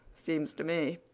seems to me.